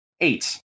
eight